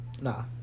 Nah